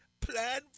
plan